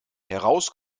heraus